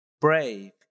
brave